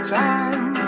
time